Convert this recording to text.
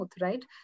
right